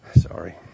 Sorry